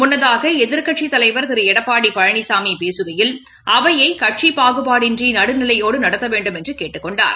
முன்னதாகஎதிர்க்கட்சித்தலைவர் திரு எடப்பாடிபழனிசாமிபேசுகையில் அவையைகட்சிபாகுபாடின்றிநடுநிலையோடுநடத்தவேண்டும் என்றுகேட்டுக்கொண்டார்